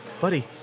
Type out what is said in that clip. buddy